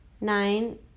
Nine